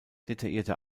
detaillierte